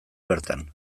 bertan